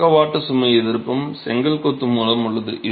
பக்கவாட்டு சுமை எதிர்ப்பும் செங்கல் கொத்து மூலம் உள்ளது